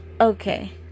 Okay